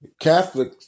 Catholic